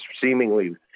seemingly